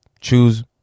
choose